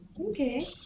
Okay